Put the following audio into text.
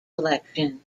election